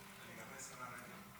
לא יודע מה יש לה עם תחנות דלק,